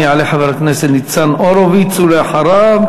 יעלה חבר הכנסת ניצן הורוביץ, ולאחריו,